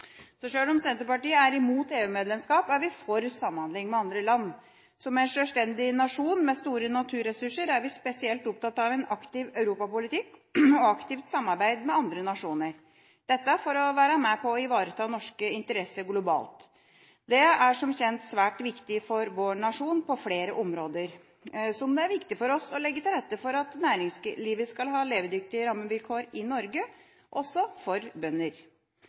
Sjøl om Senterpartiet er imot EU-medlemskap, er vi for samhandling med andre land. Som en sjølstendig nasjon med store naturressurser er vi spesielt opptatt av en aktiv europapolitikk og aktivt samarbeid med andre nasjoner – dette for å være med på å ivareta norske interesser globalt. Det er som kjent svært viktig for vår nasjon på flere områder, slik det også er viktig for oss å legge til rette for at næringslivet skal ha levedyktige rammevilkår i Norge – også for bønder.